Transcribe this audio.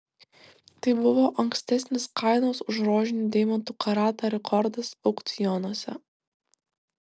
tai buvo ankstesnis kainos už rožinių deimantų karatą rekordas aukcionuose